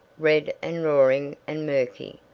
red and roaring and murky,